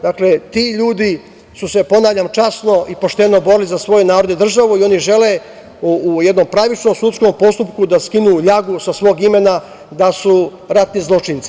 Dakle, ti ljudi su se, ponavljam, časno i pošteno borili za svoj narod i državu i žele u jednom pravičnom sudskom postupku da skinu ljagu sa svog imena da su ratni zločinci.